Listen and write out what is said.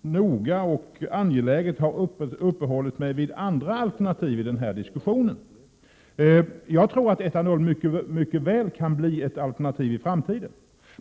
noga har uppehållit mig vid andra alternativ i den här diskussionen. Jag tror att etanol mycket väl kan bli ett alternativ i framtiden.